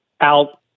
out